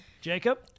Jacob